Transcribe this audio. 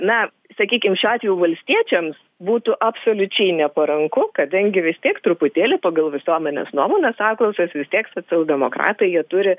na sakykim šiuo atveju valstiečiams būtų absoliučiai neparanku kadangi vis tiek truputėlį pagal visuomenės nuomonės apklausas vis tiek socialdemokratai jie turi